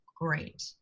great